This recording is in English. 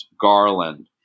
Garland